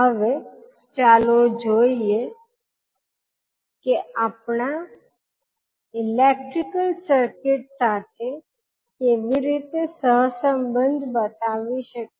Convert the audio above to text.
હવે ચાલો જોઈએ કે આપણે આપણા ઇલેક્ટ્રિકલ સર્કિટ્સ સાથે કેવી રીતે સહ સંબંધ બતાવી શકીએ